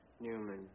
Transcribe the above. Newman